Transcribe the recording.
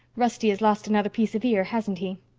rusty has lost another piece of ear, hasn't he?